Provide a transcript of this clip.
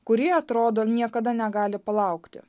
kurie atrodo niekada negali palaukti